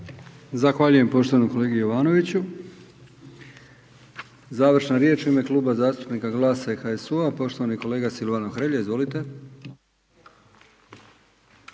Zahvaljujem poštovanom kolegi Jovanoviću. Završna riječ u ime Kluba zastupnika GLAS-a i HSU-a, poštovani kolega Silvano Hrelja, izvolite.